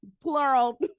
plural